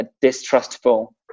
distrustful